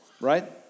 Right